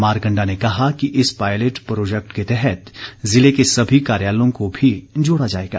मारकंडा ने कहा कि इस पॉयलेट प्रोजैक्ट के तहत जिले के सभी कार्यालयों को भी जोड़ा जाएगा